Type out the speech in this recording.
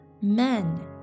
men